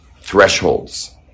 thresholds